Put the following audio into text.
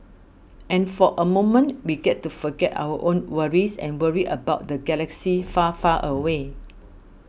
and for a moment we get to forget our own worries and worry about the galaxy far far away